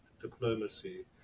diplomacy